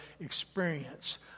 experience